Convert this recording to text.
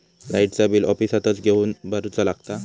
लाईटाचा बिल ऑफिसातच येवन भरुचा लागता?